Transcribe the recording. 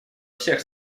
всех